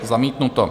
Zamítnuto.